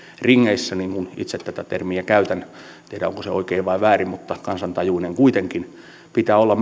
ringeissä niin niin kuin itse tätä termiä käytän en tiedä onko se oikein vai väärin mutta kansantajuinen kuitenkin pitää olla